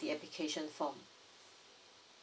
the application form